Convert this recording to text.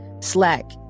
slack